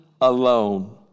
alone